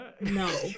No